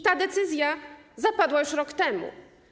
Ta decyzja zapadła już rok temu.